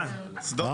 שדות דן.